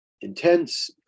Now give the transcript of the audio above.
intense